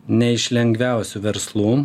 ne iš lengviausių verslų